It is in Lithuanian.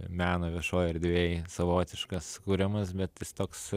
meno viešoi erdvėj savotiškas kuriamas bet jis toks